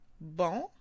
Bon